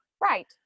right